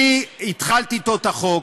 אלי, התחלתי אתו את החוק.